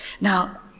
Now